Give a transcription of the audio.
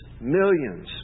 millions